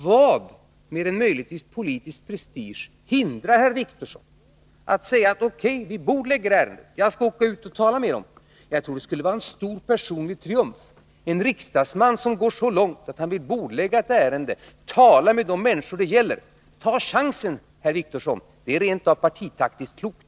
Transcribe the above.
Vad — mer än möjligtvis politisk prestige — hindrar herr Wictorsson att säga: O.K., vi bördlägger ärendet. Jag skall åka ut och tala med dem. Jag tror detta skulle bli en stor personlig triumf för herr Wictorsson. En riksdagsman som går så långt att han vill bordlägga ett ärende för att tala med de människor det gäller! Ta chansen, herr Wictorsson! Det är rent av partitaktiskt klokt.